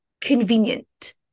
convenient